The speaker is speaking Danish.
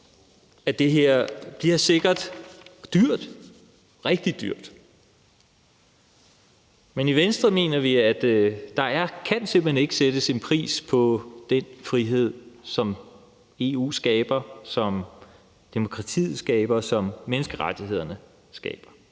at det her sikkert bliver dyrt, rigtig dyrt. Men i Venstre mener vi, at der simpelt hen ikke kan sættes en pris på den frihed, som EU skaber, som demokratiet skaber, og som menneskerettighederne skaber.